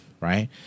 Right